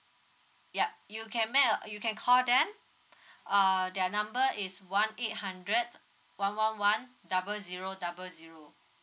yup you can make a you can call them uh their number is one eight hundred one one one double zero double zero